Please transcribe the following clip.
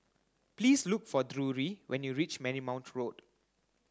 please look for Drury when you reach Marymount Road